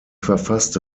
verfasste